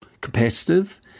competitive